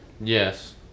Yes